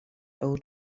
old